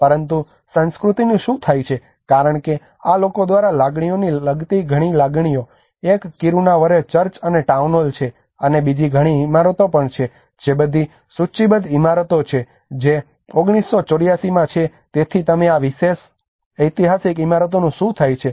પરંતુ સંસ્કૃતિનું શું થાય છે કારણ કે આ લોકો દ્વારા લાગણીઓને લગતી ઘણી લાગણીઓ એક કિરુનાવરે ચર્ચ અને ટાઉન હોલ છે અને બીજી ઘણી ઇમારતો પણ છે જે બધી સૂચિબદ્ધ ઇમારતો છે જે 1984 માં છે તેથી તમે આ વિશેષ એઈતિહાસિક ઇમારતોનું શું થાય છે